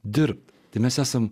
dirbti tai mes esam